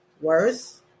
worse